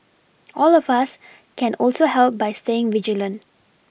all of us can also help by staying vigilant